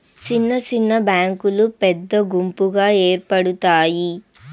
సిన్న సిన్న బ్యాంకులు పెద్ద గుంపుగా ఏర్పడుతాయి